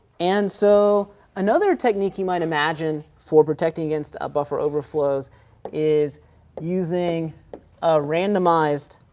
and so another technique you might imagine for protecting against a buffer overflows is using a randomized